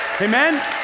Amen